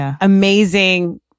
amazing